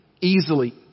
easily